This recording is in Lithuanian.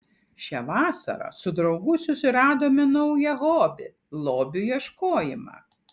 šią vasarą su draugu susiradome naują hobį lobių ieškojimą